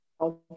Okay